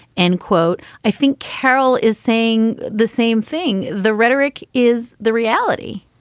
and quote, i think carol is saying the same thing. the rhetoric is the reality